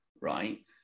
right